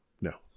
No